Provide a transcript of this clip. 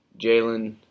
Jalen